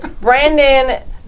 Brandon